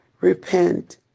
Repent